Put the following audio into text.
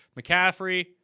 McCaffrey